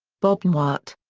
bob newhart.